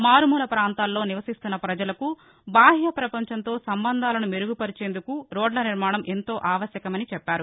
మారుమూల పాంతాలలో నివసిస్తున్న పజలకు బాహ్య పపంచంతో సంబంధాలను మెరుగుపరిచేందుకు రోడ్ల నిర్మాణం ఎంతో ఆవశ్యకమని చెప్పారు